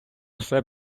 все